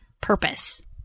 purpose